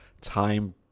time